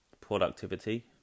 Productivity